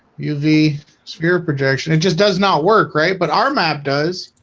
uv sphere projection it just does not work, right, but our map does